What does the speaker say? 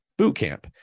bootcamp